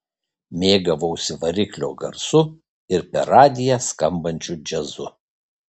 mėgavausi variklio garsu ir per radiją skambančiu džiazu